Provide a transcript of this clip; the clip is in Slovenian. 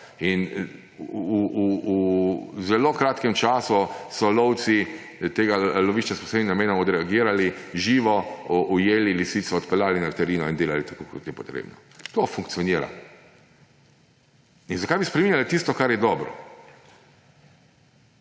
v zelo kratkem času so lovci tega lovišča s posebnim namenom odreagirali, lisico živo ujeli, jo odpeljali na veterino in delali tako, kot je potrebno. To funkcionira. Zakaj bi spreminjali tisto, kar je dobro?